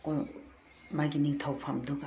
ꯃꯥꯒꯤ ꯅꯤꯡꯊꯧ ꯐꯝꯗꯨꯒ